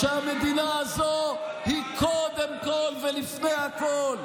שהמדינה הזו היא קודם כול ולפני הכול,